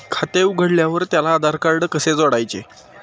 खाते उघडल्यावर त्याला आधारकार्ड कसे जोडायचे?